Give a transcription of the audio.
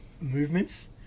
movements